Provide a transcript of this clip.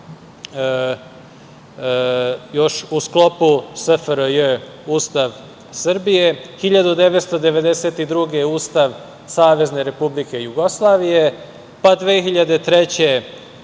još u sklopu SFRJ Ustav Srbije, 1992. godine Ustav Savezne Republike Jugoslavije, pa 2003.